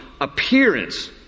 appearance